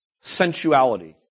sensuality